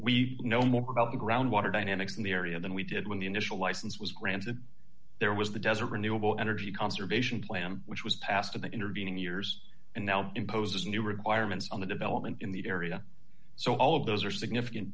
we know more about the groundwater dynamics in the area than we did when the initial license was granted there was the desert renewable energy conservation plan which was passed in the intervening years and now imposes new requirements on the development in the area so all of those are significant